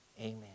amen